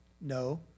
No